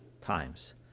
times